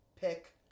Pick